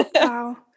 Wow